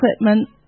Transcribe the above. equipment